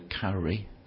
carry